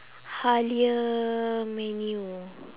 Halia menu